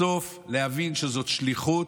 בסוף להבין שזאת שליחות,